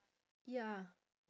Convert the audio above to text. ya